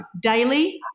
daily